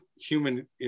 human